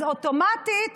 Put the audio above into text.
אז אוטומטית